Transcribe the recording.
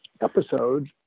episode